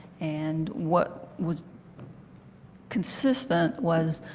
and what was consistent was